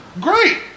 great